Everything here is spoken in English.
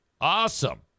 Awesome